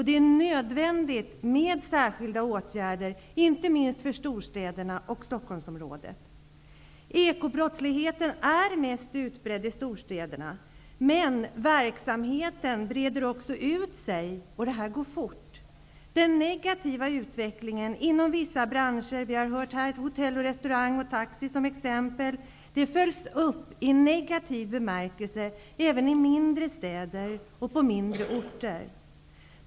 Det är nödvändigt med särskilda åtgärder, inte minst i storstäderna och i Ekobrottsligheten är mest utbredd i storstäderna. Men verksamheten sprider sig, och det går fort. Den negativa utvecklingen inom vissa branscher, t.ex. hotell-, restaurang och taxibranschen, följs upp i negativ bemärkelse även i mindre städer och på mindre orter.